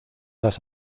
las